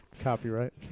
Copyright